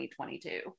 2022